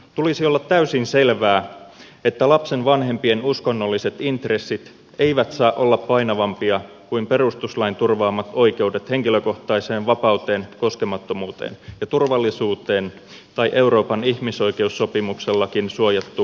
tulisi olla täysin selvää että lapsen vanhempien uskonnolliset intressit eivät saa olla painavampia kuin perustuslain turvaamat oikeudet henkilökohtaiseen vapauteen koskemattomuuteen ja turvallisuuteen tai euroopan ihmisoikeussopimuksellakin suojattu henkilökohtainen koskemattomuus